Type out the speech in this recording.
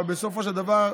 אבל בסופו של דבר,